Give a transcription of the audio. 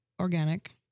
organic